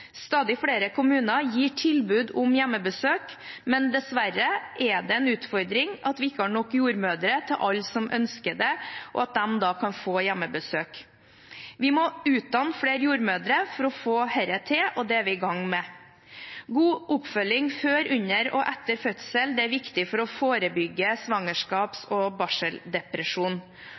Stadig flere kommuner gir tilbud om hjemmebesøk, men dessverre er det en utfordring at vi ikke har nok jordmødre til at alle som ønsker det kan få hjemmebesøk. Vi må utdanne flere jordmødre for å få til dette, og det er vi i gang med. God oppfølging før, under og etter fødsel er viktig for å forebygge svangerskaps- og barseldepresjon.